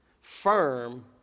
firm